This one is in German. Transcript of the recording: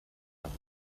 nach